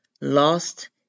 Lost